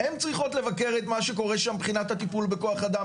הן צריכות לבקר את מה שקורה שם מבחינת הטיפול בכוח אדם,